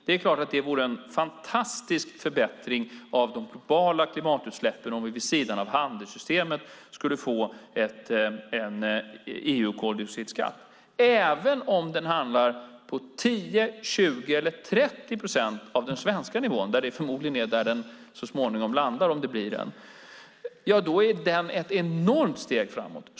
Det vore en fantastisk förbättring av de globala klimatutsläppen om vi vid sidan av handelssystemet skulle få en EU-koldioxidskatt - även om den hamnar på 10, 20 eller 30 procent av den svenska nivån. Det är förmodligen där den så småningom landar om det blir en sådan skatt. Det är ett enormt steg framåt.